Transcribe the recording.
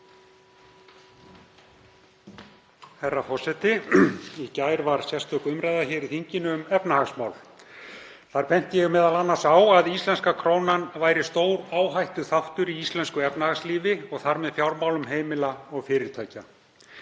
Herra forseti. Í gær var sérstök umræða í þinginu um efnahagsmál. Þar benti ég m.a. á að íslenska krónan væri stór áhættuþáttur í íslensku efnahagslífi og þar með fjármálum heimila og fyrirtækja.